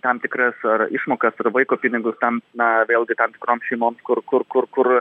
tam tikras ar išmokas ar vaiko pinigus tam na vėlgi tam tikrom šeimom kur kur kur kur